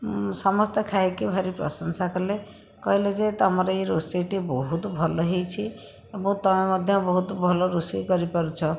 ସମସ୍ତେ ଖାଇକି ଭାରି ପ୍ରଶଂସା କଲେ କହିଲେ ଯେ ତୁମର ଏ ରୋଷେଇଟି ବହୁତ ଭଲ ହୋଇଛି ଏବଂ ତୁମେ ମଧ୍ୟ ବହୁତ ଭଲ ରୋଷେଇ କରିପାରୁଛ